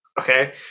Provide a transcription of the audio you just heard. Okay